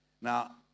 Now